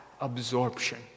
absorption